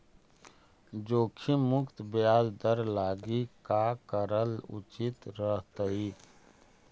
जोखिम मुक्त ब्याज दर लागी का करल उचित रहतई?